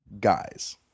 guys